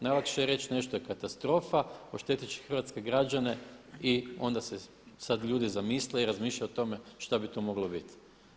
Najlakše je reći nešto je katastrofa, ošteti će hrvatske građane i onda se sada ljudi zamisle i razmišljaju o tome šta bi to moglo biti.